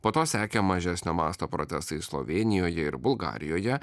po to sekė mažesnio masto protestai slovėnijoje ir bulgarijoje